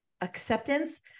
acceptance